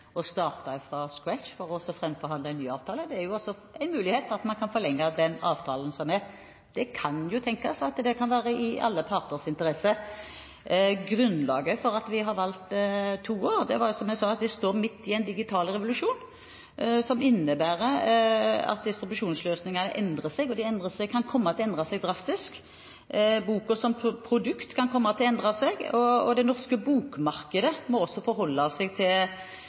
å starte fra scratch for å framforhandle en ny avtale. Det er også en mulighet at man kan forlenge den avtalen som er. Det kan jo tenkes at det kan være i alle parters interesse. Grunnlaget for at vi har valgt to år, var, som jeg sa, at vi står midt i en digital revolusjon, som innebærer at distribusjonsløsningene endrer seg – og de kan komme til å endre seg drastisk. Boken som produkt kan komme til å endre seg, og det norske bokmarkedet må også forholde seg til